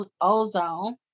Ozone